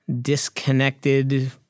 disconnected